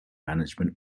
management